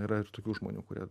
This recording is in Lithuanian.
yra ir tokių žmonių kurie